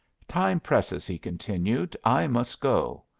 time presses, he continued. i must go.